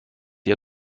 ihr